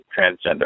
transgender